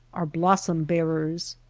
are blossom bearers.